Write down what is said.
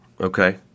okay